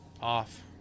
off